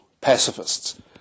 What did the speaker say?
pacifists